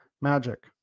magic